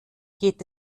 geht